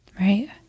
right